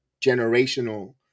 generational